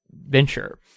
venture